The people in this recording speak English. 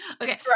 Okay